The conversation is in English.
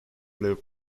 lived